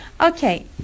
Okay